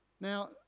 now